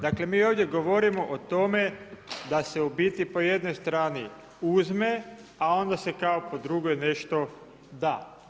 Dakle mi ovdje govorimo o tome da se u biti po jednoj strani uzme a onda se kao po drugoj nešto da.